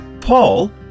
Paul